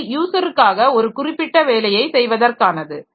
அது யூசருக்காக ஒரு குறிப்பிட்ட வேலையை செய்வதற்கானது